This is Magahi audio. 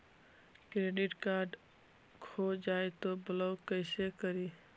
क्रेडिट कार्ड खो जाए तो ब्लॉक कैसे करी?